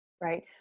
Right